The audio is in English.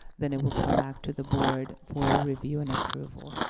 then it will come back to the board for a review and approval.